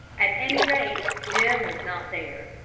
at any rate, jim was not there.